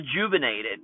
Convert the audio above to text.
rejuvenated